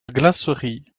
glacerie